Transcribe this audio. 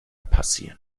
passieren